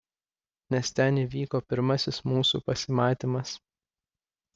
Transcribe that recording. nes ten įvyko pirmasis mūsų pasimatymas